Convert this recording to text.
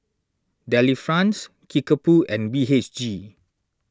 Delifrance Kickapoo and B H G